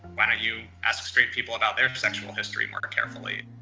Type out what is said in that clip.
why don't you ask straight people about their sexual history more carefully?